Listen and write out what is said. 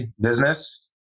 business